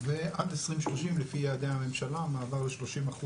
עד 2030 לפי יעדי הממשלה, המעבר ל-30%